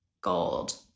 gold